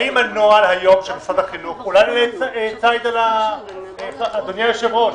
האם הנוהל היום של משרד החינוך אדוני היושב-ראש,